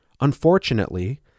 Unfortunately